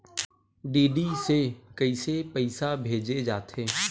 DD से कइसे पईसा भेजे जाथे?